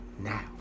now